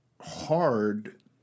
hard